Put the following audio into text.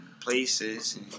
places